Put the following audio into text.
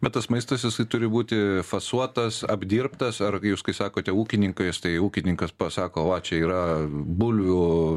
bet tas maistas jisai turi būti fasuotas apdirbtas ar jūs kai sakote ūkininkais tai ūkininkas pasako va čia yra bulvių